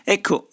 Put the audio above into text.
Ecco